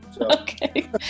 Okay